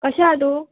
कशें आहा तूं